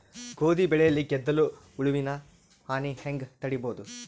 ಗೋಧಿ ಬೆಳೆಯಲ್ಲಿ ಗೆದ್ದಲು ಹುಳುವಿನ ಹಾನಿ ಹೆಂಗ ತಡೆಬಹುದು?